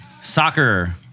soccer